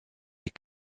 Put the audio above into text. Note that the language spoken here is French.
les